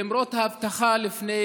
למרות ההבטחה לפני